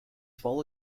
follow